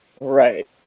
Right